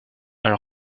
elle